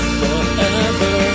forever